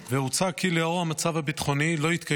והוצע כי לאור המצב הביטחוני לא יתקיימו